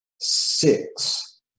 six